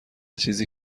چیزی